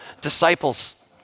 Disciples